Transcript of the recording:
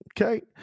okay